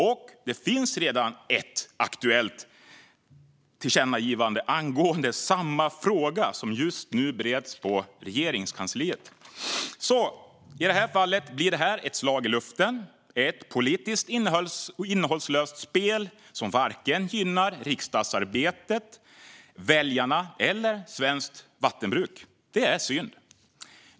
Det finns dessutom redan ett aktuellt tillkännagivande angående samma fråga som just nu bereds på Regeringskansliet. I detta fall blir det här ett slag i luften, ett politiskt innehållslöst spel som varken gynnar riksdagsarbetet, väljarna eller svenskt vattenbruk. Det är synd.